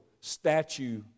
statue